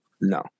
No